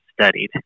studied